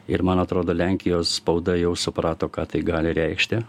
ir man atrodo lenkijos spauda jau suprato ką tai gali reikšti